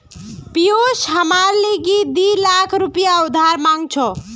पियूष हमार लीगी दी लाख रुपया उधार मांग छ